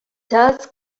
thus